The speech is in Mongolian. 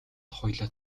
хоёулаа